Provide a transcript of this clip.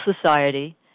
society